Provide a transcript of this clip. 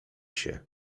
się